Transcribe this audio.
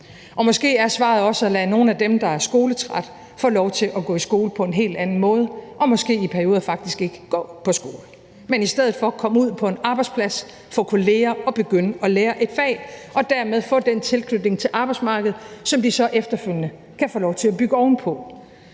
og måske er svaret også at lade nogle af dem, der er skoletrætte, få lov til at gå i skole på en helt anden måde og i perioder måske faktisk ikke gå i skole, men i stedet for komme ud på en arbejdsplads, få kolleger og begynde at lære et fag og dermed få den tilknytning til arbejdsmarkedet, som de så efterfølgende kan få lov til at bygge ovenpå.